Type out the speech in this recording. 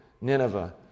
Nineveh